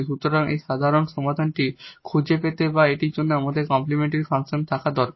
সুতরাং এই সাধারণ সমাধানটি খুঁজে পেতে বা এটির জন্য আমাদের কমপ্লিমেন্টরি ফাংশন দরকার